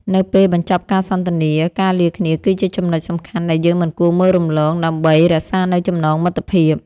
នៅពេលបញ្ចប់ការសន្ទនាការលាគ្នាគឺជាចំណុចសំខាន់ដែលយើងមិនគួរមើលរំលងដើម្បីរក្សានូវចំណងមិត្តភាព។